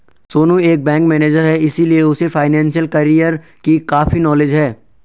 सोनू एक bank manager है इसीलिए उसे फाइनेंशियल कैरियर की काफी नॉलेज है